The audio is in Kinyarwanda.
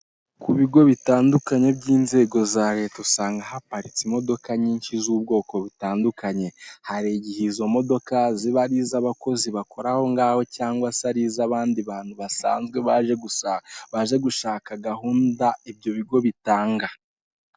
Ku bigo bitandukanye by'inzego za leta, usanga haparitse imodoka nyinshi z'ubwoko butandukanye. Hari igihe izo modoka ziba ari iz'abakozi bakora ahongaho, cyangwa se ari iz'abandi bantu basanzwe, baje gusa, abaje gushaka gahunda ibyo bigo bitanga.